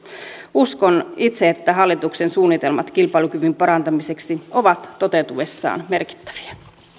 uskon itse että hallituksen suunnitelmat kilpailukyvyn parantamiseksi ovat toteutuessaan merkittäviä